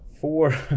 four